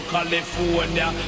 California